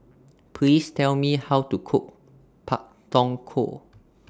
Please Tell Me How to Cook Pak Thong Ko